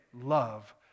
love